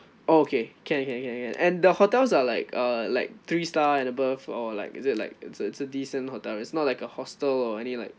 okay can can can can and the hotels are like uh like three star and above or like is it like it's a it's a decent hotel it's not like a hostel or any like